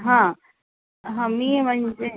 हा हा मी म्हणजे